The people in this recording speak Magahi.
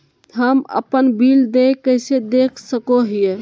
हम अपन बिल देय कैसे देख सको हियै?